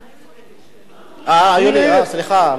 אה, יולי, סליחה.